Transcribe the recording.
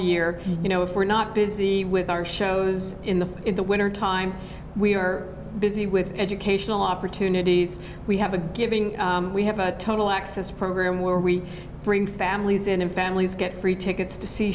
year you know if we're not busy with our shows in the in the winter time we are busy with educational opportunities we have a giving we have a total access program where we are in families and in families get free tickets to see